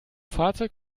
fahrzeug